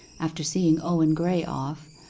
after seeing owen graye off,